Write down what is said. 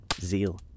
zeal